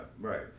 right